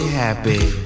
happy